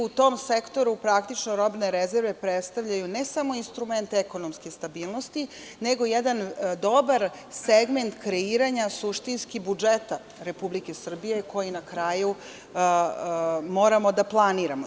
U tom sektoru praktično, robne rezerve predstavljaju ne samo instrument ne samo ekonomske stabilnosti nego jedan dobar segment kreiranja suštinski budžeta Republike Srbije koji na kraju moramo da planiramo.